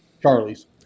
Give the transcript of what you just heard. Charlie's